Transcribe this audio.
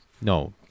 no